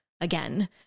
again